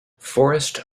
forest